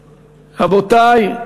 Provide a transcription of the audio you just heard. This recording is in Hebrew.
רבותי,